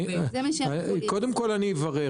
אני אברר.